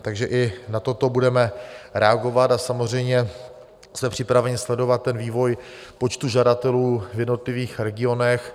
Takže i na toto budeme reagovat a samozřejmě jsme připraveni sledovat vývoj počtu žadatelů v jednotlivých regionech.